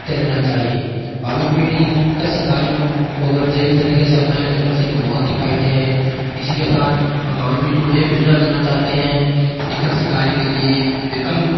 करते रहना चाहिए भावी पीढ़ी कृषि कार्यों को अगर जैविक तरीके से अपनाएं तो कृषि में बहुत ही फ़ायदे हैं इसी के साथ हम भावी पीढ़ी को यह भी सुझाव देना चाहते हैं कि कृषि कार्य के लिए वे कम